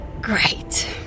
Great